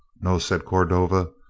no, said cordova,